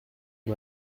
les